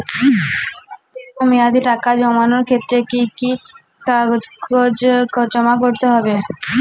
দীর্ঘ মেয়াদি টাকা জমানোর ক্ষেত্রে কি কি কাগজ জমা করতে হবে?